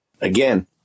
Again